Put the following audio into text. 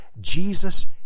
Jesus